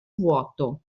vuoto